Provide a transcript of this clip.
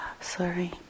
Sorry